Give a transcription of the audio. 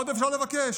מה עוד אפשר לבקש?